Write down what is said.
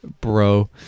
Bro